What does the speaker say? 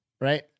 Right